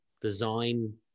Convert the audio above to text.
design